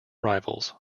rivals